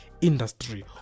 industry